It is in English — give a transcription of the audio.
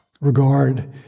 regard